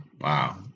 Wow